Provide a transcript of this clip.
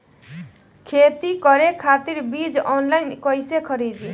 खेती करे खातिर बीज ऑनलाइन कइसे खरीदी?